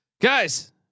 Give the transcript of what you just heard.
guys